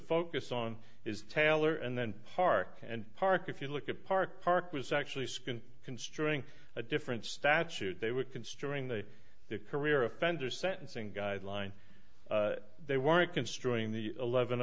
focus on is taylor and then park and park if you look at parker park was actually skin construing a different statute they were considering the career offender sentencing guidelines they weren't construing the eleven